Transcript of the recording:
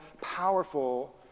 powerful